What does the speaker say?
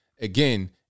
Again